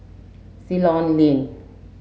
Ceylon Lane